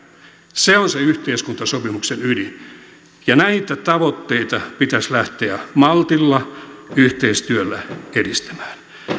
se on se yhteiskuntasopimuksen ydin näitä tavoitteita pitäisi lähteä maltilla yhteistyöllä edistämään